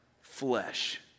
flesh